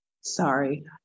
sorry